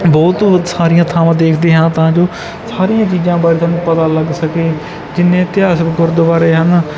ਬਹੁਤ ਸਾਰੀਆਂ ਥਾਵਾਂ ਦੇਖਦੇ ਹਾਂ ਤਾਂ ਜੋ ਸਾਰੀਆਂ ਚੀਜ਼ਾਂ ਬਾਰੇ ਸਾਨੂੰ ਪਤਾ ਲੱਗ ਸਕੇ ਜਿੰਨੇ ਇਤਿਹਾਸਿਕ ਗੁਰਦੁਆਰੇ ਹਨ